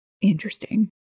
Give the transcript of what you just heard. Interesting